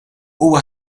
huwa